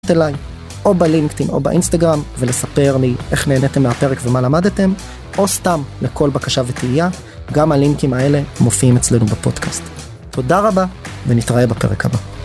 או בלינקדאין או באינסטגרם, ולספר לי איך נהנתם מהפרק ומה למדתם, או סתם לכל בקשה ותהייה, גם הלינקים האלה מופיעים אצלנו בפודקאסט. תודה רבה ונתראה בפרק הבא.